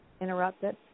interrupted